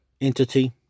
entity